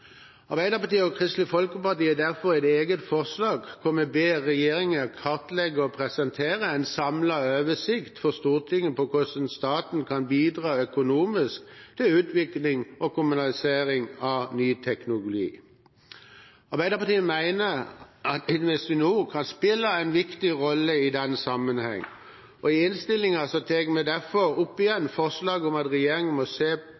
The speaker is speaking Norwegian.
Arbeiderpartiet og Kristelig Folkeparti har derfor et eget forslag hvor vi ber regjeringen kartlegge og presentere en samlet oversikt for Stortinget på hvordan staten kan bidra økonomisk til utvikling og kommersialisering av ny teknologi. Arbeiderpartiet mener Investinor kan spille en viktig rolle i denne sammenheng. I innstillingen tar vi derfor opp igjen forslaget om at regjeringen må se